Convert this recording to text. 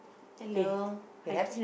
K hi